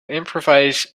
improvise